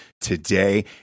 today